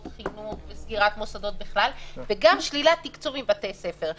חינוך וסגירת מוסדות בכלל וגם שלילת תקצוב מבתי ספר.